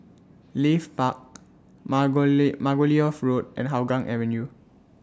Leith Park Margo Margoliouth Road and Hougang Avenue